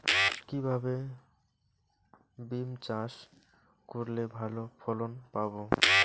কিভাবে বিম চাষ করলে ভালো ফলন পাব?